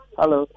Hello